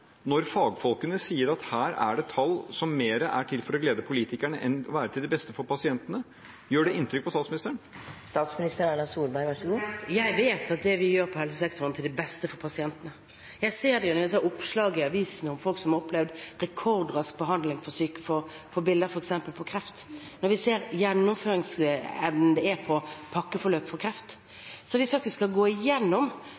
når fagfolkene sier at her er det tall som mer er til for å glede politikerne enn for å være til det beste for pasientene? Gjør det inntrykk på statsministeren? Jeg vet at det vi gjør på helsesektoren, er til det beste for pasientene. Jeg ser gjennom oppslag i avisene at folk har opplevd rekordrask behandling mot kreft. Vi ser gjennomføringsevnen det er på pakkeforløp for